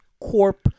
Corp